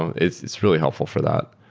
and it's it's really helpful for that.